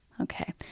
Okay